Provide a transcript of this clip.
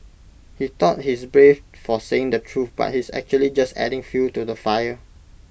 he thought he's brave for saying the truth but he's actually just adding fuel to the fire